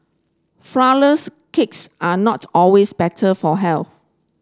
flourless cakes are not always better for health